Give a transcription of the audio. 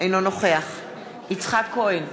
אינו נוכח יצחק כהן,